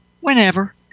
whenever